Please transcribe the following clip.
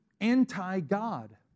anti-God